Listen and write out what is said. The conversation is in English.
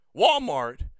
Walmart